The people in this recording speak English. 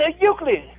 Euclid